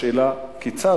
השאלה כיצד,